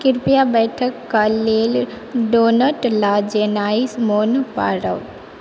कृपया बैठकके लेल डोनट लए जेनाइ मोन पारब